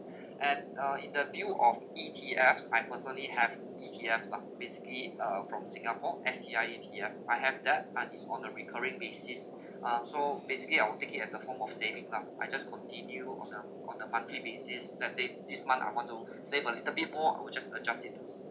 and uh in the view of E_T_F I personally have E_T_F lah basically uh from singapore S_T_I E_T_F I have that and is on a recurring basis uh so basically I will take it as a form of saving lah I just continue on a on a monthly basis let say this month I want to save a little bit more I will just adjust it to